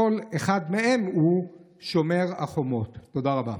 / כל אחד מהם הוא / שומר החומות." תודה רבה.